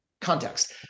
context